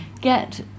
get